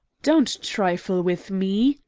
don't trifle with me!